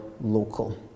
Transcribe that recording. local